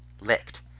Licked